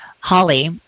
Holly